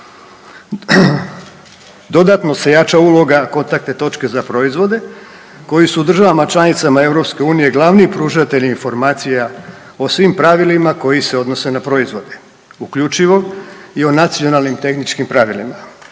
dodatno se jača uloga kontaktne točke za proizvode koji su u državama članicama EU glavni pružatelji informacija o svim pravilima koji se odnose na proizvode, uključivo i o nacionalnim tehničkim pravilima